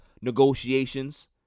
negotiations